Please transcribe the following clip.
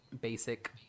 basic